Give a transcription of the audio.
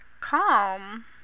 calm